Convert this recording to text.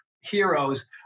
heroes